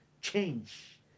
Change